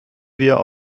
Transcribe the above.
wir